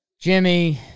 Jimmy